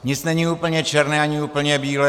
Nic není úplně černé ani úplně bílé.